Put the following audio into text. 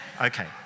Okay